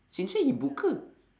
since when he buka